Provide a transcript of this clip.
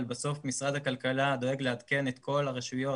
אבל בסוף משרד הכלכלה דואג לעדכן את כל הרשויות